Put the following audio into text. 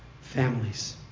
families